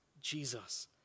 Jesus